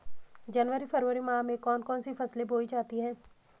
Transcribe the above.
जनवरी फरवरी माह में कौन कौन सी फसलें बोई जाती हैं?